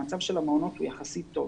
המצב של המעונות הוא יחסית טוב.